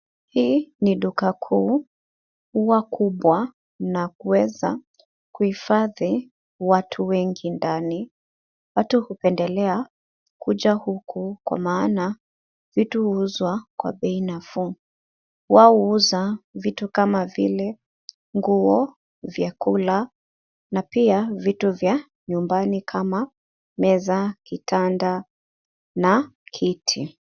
Hii ni duka kuu, huwa kubwa na kuweza kuhifadhi watu wengi ndani. Watu hupendelea kuja huku kwa maana vitu huuzwa kwa bei nafuu. Wao huuza vitu kama vile nguo, vyakula na pia vitu vya nyumbani kama meza, kitanda na kiti.